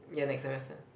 yeah next semester